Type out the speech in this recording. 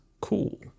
cool